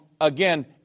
Again